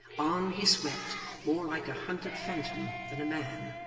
on he swept more like a hunted phantom than a man,